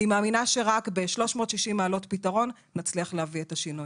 אני מאמינה שרק ב-360 מעלות פתרון נצליח להביא את השינוי.